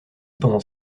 pendant